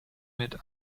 mit